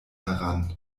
heran